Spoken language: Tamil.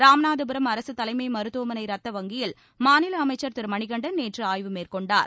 ராமநாதபுரம் அரசு தலைமை மருத்துவமனை ரத்த வங்கியில் மாநில அமைச்சர் திரு மணிகண்டன் நேற்று ஆய்வு மேற்கொண்டார்